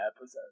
episode